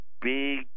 big